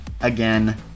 again